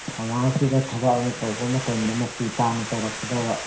ꯁꯃꯥꯁꯁꯤꯗ ꯊꯕꯛ ꯑꯃ ꯇꯧꯕ ꯃꯇꯝꯗ ꯃꯆꯨ ꯇꯥꯅ ꯇꯧꯔꯛꯀꯗꯕ